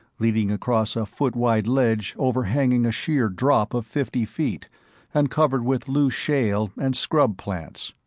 leading across a foot-wide ledge overhanging a sheer drop of fifty feet and covered with loose shale and scrub plants.